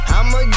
I'ma